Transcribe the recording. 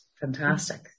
fantastic